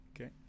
Okay